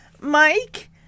Mike